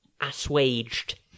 assuaged